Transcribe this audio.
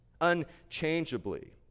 unchangeably